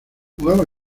jugaba